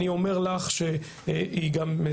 כפיר דמרי היה אצלי ואני הבטחתי לו להכניס לבסיס התקציב,